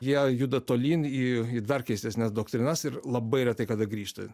jie juda tolyn į į dar keistesnes doktrinas ir labai retai kada grįžta